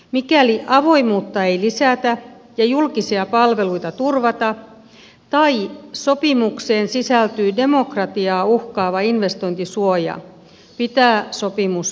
mikäli avoimuutta ei lisätä ja julkisia palveluita turvata tai sopimukseen sisältyy demokratiaa uhkaava investointisuoja pitää sopimus hylätä